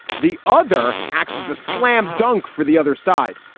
the other acts as a slam dunk for the other side.